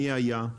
מי היה?